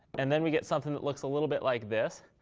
and then we get something that looks a little bit like this.